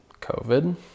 COVID